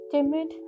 Timid